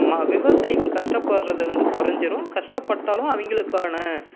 ம விவசாயிகள் கஷ்டப்படுறத வந்து குறஞ்சிரும் கஷ்டப்பட்டாலும் அவ ங்களுக்கான